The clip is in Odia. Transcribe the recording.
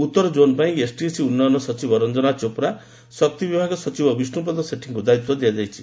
ଉଉର ଜୋନ ପାଇଁ ଏସସିଏସଟି ଉନ୍ନୟନ ସଚିବ ରଞ୍ଞନା ଚୋପ୍ରା ଶକ୍ତି ବିଭାଗ ସଚିବ ବିଷ୍ଷୁପଦ ସେଠୀଙ୍କୁ ଦାୟିତ୍ ଦିଆଯାଇଛି